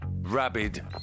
rabid